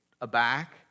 aback